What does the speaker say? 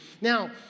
Now